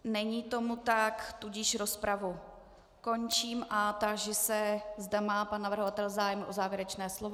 Není tomu tak, tudíž rozpravu končím a táži se, zda má pan navrhovatel zájem o závěrečné slovo.